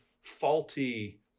faulty